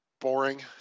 boring